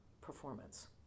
performance